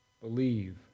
believe